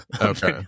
Okay